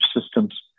systems